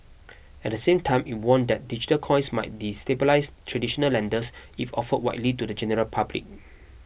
at the same time it warned that digital coins might destabilise traditional lenders if offered widely to the general public